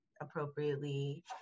appropriately